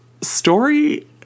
story